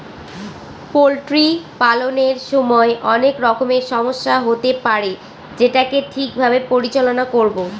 poultry পালনের সময় অনেক রকমের সমস্যা হতে পারে যেটাকে ঠিক ভাবে পরিচালনা করবো